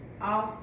off